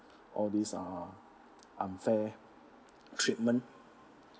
all these are unfair treatment